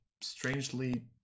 strangely